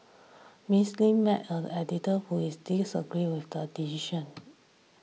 Miss Lim met an editor who is disagreed with the decision